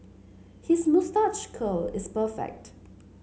his moustache curl is perfect